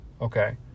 Okay